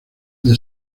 the